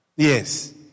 Yes